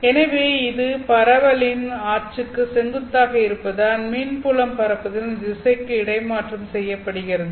எனவே இது பரவலின் அச்சுக்கு செங்குத்தாக இருப்பதால் மின் புலம் பரப்புதலின் திசைக்கு இடமாற்றம் செய்யப்படுகிறது